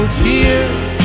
tears